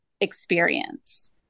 experience